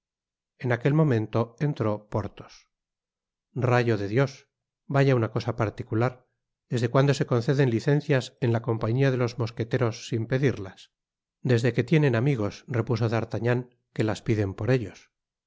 en aquel momento entró porthos rayo de dios vaya una cosa particular desde cuando se conceden licencias en la compañía de los mosqueteros sin pedirlas desde que tienen amigos repuso d'artagnan que las piden por ellos